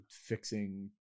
fixing